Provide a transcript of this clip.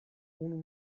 unu